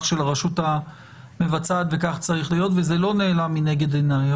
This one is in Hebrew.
של הרשות המבצעת וכך צריך להיות וזה לא נעלם מנגד עיניי,